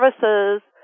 services